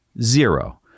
zero